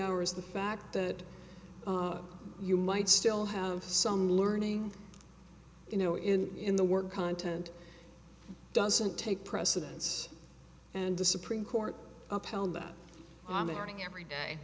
hours the fact that you might still have some learning you know in in the work content doesn't take precedence and the supreme court upheld that i'm hearing every day